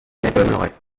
m’étonnerait